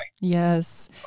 Yes